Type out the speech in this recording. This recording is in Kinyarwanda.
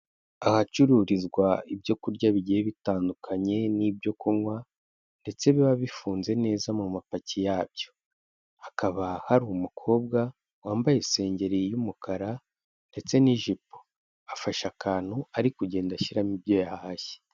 Ahacururizwa ibyo kurya bigiye bitandukanye n'ibyo kunywa ndetse biba bifunze neza mu mapaki yabyo, hakaba hari umukobwa wambaye isengeri y'umukara ndetse n'ijipo, afasha akantu ari kugenda ashyiramo ibyo yahashye.